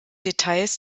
details